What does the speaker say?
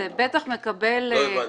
לא הבנתי.